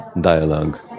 dialogue